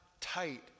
tight